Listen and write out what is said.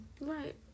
Right